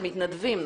זה מתנדבים,